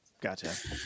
Gotcha